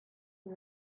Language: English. you